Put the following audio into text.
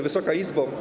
Wysoka Izbo!